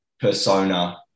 persona